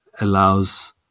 allows